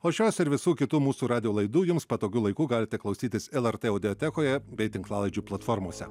o šios ir visų kitų mūsų radijo laidų jums patogiu laiku galite klausytis lrt audiotekoje bei tinklalaidžių platformose